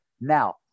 Now